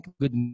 good